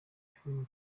filimi